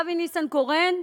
אבי ניסנקורן,